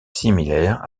similaire